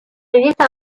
released